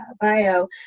bio